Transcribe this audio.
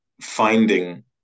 finding